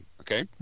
okay